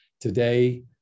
Today